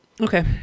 Okay